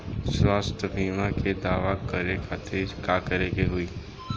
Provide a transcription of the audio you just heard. स्वास्थ्य बीमा के दावा करे के खातिर का करे के होई?